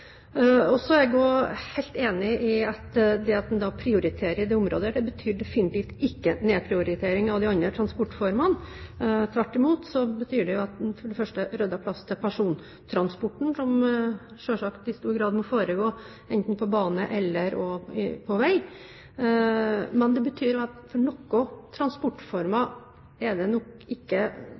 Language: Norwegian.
Jeg er helt enig i at det å prioritere dette området definitivt ikke betyr en nedprioritering av de andre transportformene. Tvert imot betyr det at en for det første får ryddet plass til persontransporten, som selvsagt i stor grad må foregå enten på bane eller på vei, og det betyr at det, i hvert fall i overskuelig framtid, for noen transportformer ikke er